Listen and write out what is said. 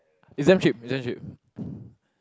it's damn cheap it's damn cheap